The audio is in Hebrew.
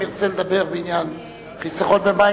אם ירצה לדבר בעניין חיסכון במים,